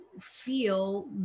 feel